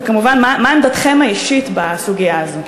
וכמובן מה עמדתכם האישית בסוגיה הזאת.